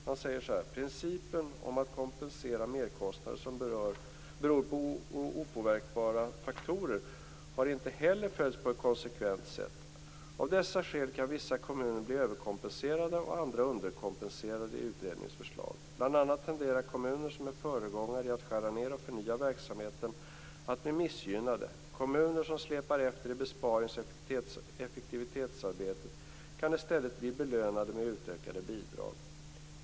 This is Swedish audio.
Han säger: "Principen om att kompensera merkostnader, som beror på opåverkbara faktorer, har inte heller följts på ett konsekvent sätt. Av dessa skäl kan vissa kommuner bli överkompenserade och andra underkompenserade i utredningens förslag. Bland annat tenderar kommuner, som är föregångare i att skära ned och förnya verksamheten, att bli missgynnade. Kommuner, som släpar efter i besparings och effektiviseringsarbetet, kan i stället bli belönade med utökade bidrag.